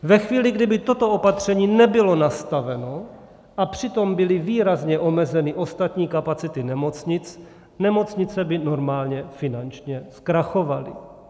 Ve chvíli, kdy by toto opatření nebylo nastaveno a přitom byly výrazně omezeny ostatní kapacity nemocnic, nemocnice by normálně finančně zkrachovaly.